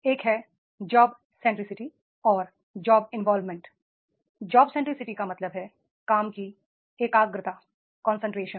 एक है job centricity और जॉब इनवॉल्वमेंट जॉब सेंट्रिसिटी का मतलब है काम की कंसंट्रेशन